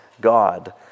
God